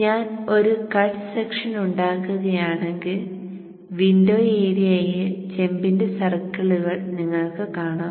ഞാൻ ഒരു cut section ഉണ്ടാക്കുകയാണെങ്കിൽ വിൻഡോ ഏരിയയിൽ ചെമ്പിന്റെ സർക്കിളുകൾ നിങ്ങൾക്ക് കാണാം